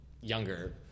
younger